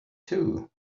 too